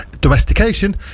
domestication